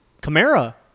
Camara